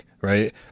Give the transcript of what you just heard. Right